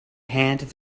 hand